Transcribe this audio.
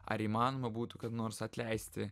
ar įmanoma būtų kad nors atleisti